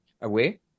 away